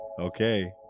okay